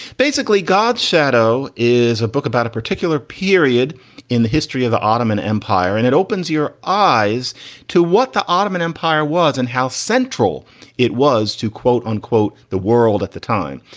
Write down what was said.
basically, god's shadow is a book about a particular period in the history of the ottoman empire, and it opens your eyes to what the ottoman empire was and how central it was to quote unquote the world at the time.